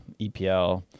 EPL